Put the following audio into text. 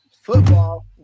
football